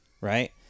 right